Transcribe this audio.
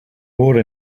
more